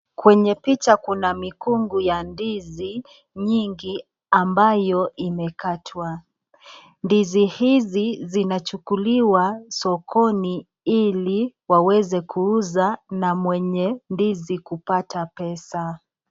Kwenye picha kuna mikungu ya ndizi nyingi ambayo imekatwa. Ndizi hizi zinachukuliwa sokoni ili waweze kuuza na mwenye ndizi kupata pesa.